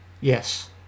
Yes